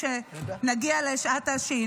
כשנגיע לשעת השי"ן,